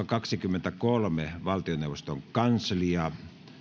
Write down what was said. kaksikymmentäkolme valtioneuvoston kanslia